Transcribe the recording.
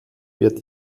wird